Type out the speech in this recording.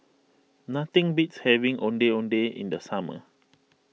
nothing beats having Ondeh Ondeh in the summer